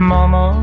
Mama